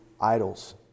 idols